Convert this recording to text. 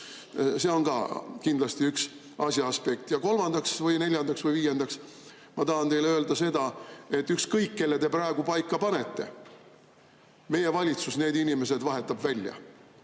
See on ka kindlasti üks asja aspekt. Ja kolmandaks või neljandaks või viiendaks ma tahan teile öelda seda, et ükskõik, kelle te praegu paika panete, meie valitsus need inimesed vahetab välja.